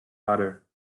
udder